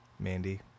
Mandy